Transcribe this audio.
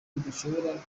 kidashobora